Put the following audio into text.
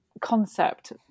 concept